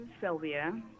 Sylvia